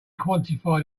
quantify